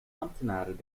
ambtenaren